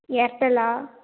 ஏர்டெல்லா